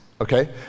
okay